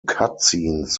cutscenes